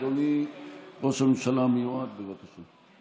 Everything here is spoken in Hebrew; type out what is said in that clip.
אדוני ראש הממשלה המיועד, בבקשה.